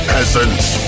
Peasants